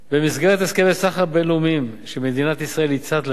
במסגרת הסכמי סחר בין-לאומיים שמדינת ישראל היא צד להם,